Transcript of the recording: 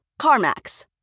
CarMax